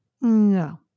No